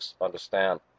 understand